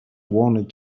wanted